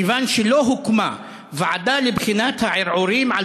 כיוון שלא הוקמה ועדה לבחינת ערעוריהם על